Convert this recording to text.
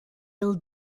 ele